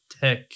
tech